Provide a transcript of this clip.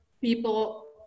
people